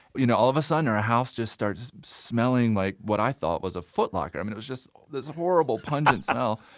you know all of a sudden, our ah house started smelling like what i thought was a foot locker. i mean it was just this horrible, pungent smell.